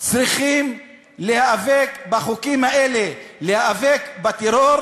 צריכים להיאבק בחוקים האלה, להיאבק בטרור,